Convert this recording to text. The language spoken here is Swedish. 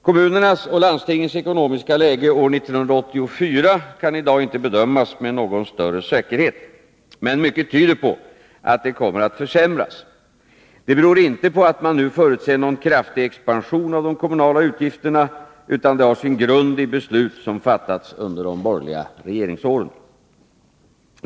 Kommunernas och landstingens ekonomiska läge år 1984 kan i dag inte bedömas med någon större säkerhet, men mycket tyder på att det kommer att försämras. Det beror inte på att man nu förutser någon kraftig expansion att förhindra höjda landstingsoch kommunalskatter att förhindra höjda landstingsoch kommunalskatter av de kommunala utgifterna, utan det har sin grund i beslut som fattats under de borgerliga regeringsåren.